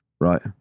Right